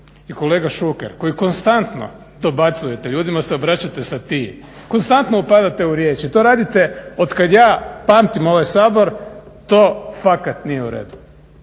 i kolega Šuker koji konstantno dobacujete i ljudima se obraćate sa ti, konstantno upadate u riječ i to radite otkad ja pamtim ovaj Sabor to fakat nije u redu.